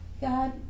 God